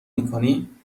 میکنی